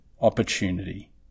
opportunity